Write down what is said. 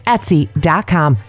Etsy.com